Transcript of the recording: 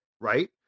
right